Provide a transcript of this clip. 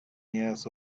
years